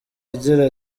agira